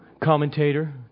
commentator